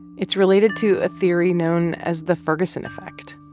it's related to a theory known as the ferguson effect,